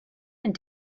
and